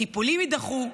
טיפולים יידחו,